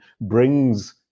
brings